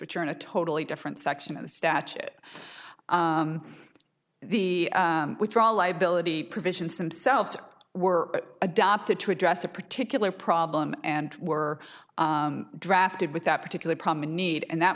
in a totally different section of the statute the withdrawal liability provisions themselves were adopted to address a particular problem and were drafted with that particular problem in need and that